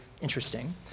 interesting